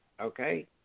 Okay